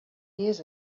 years